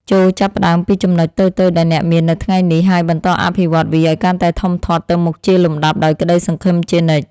ចូរចាប់ផ្តើមពីចំណុចតូចៗដែលអ្នកមាននៅថ្ងៃនេះ ហើយបន្តអភិវឌ្ឍវាឱ្យកាន់តែធំធាត់ទៅមុខជាលំដាប់ដោយក្តីសង្ឃឹមជានិច្ច។